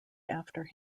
after